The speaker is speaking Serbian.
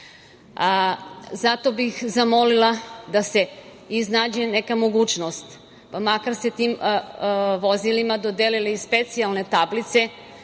bih zamolila da se iznađe neka mogućnost makar se tim vozilima dodelile i specijalne tablice,